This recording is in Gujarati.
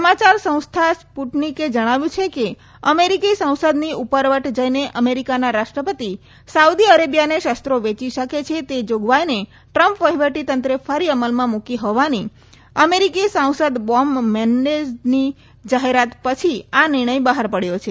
સમાચાર સંસ્થા સ્પૂટનિકે જણાવ્યું છે કે અમેરિકી સંસદની ઉપરવટ જઈને અમેરિકાના રાષ્ટ્રપતિ સાઉદી અરેબિયાને શસ્ત્રો વેચી શકે છે તે જોગવાઈને ટ્રમ્પ વહીવટીતંત્રે ફરી અમલમાં મૂકી હોવાની અમેરિકી સાંસદ બોમ્બ મેનેન્ડેઝની જાહેરાત પછી આ નિર્ણય બહાર પડ્યો છે